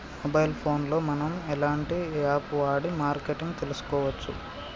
Mobile phone లో మనం ఎలాంటి యాప్ వాడి మార్కెటింగ్ తెలుసుకోవచ్చు?